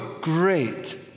great